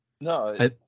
No